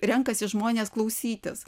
renkasi žmonės klausytis